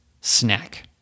snack